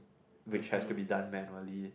which has to be done manually